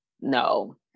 no